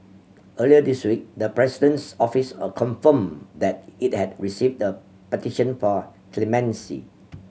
earlier this week the President's Office a confirmed that it had received the petition for clemency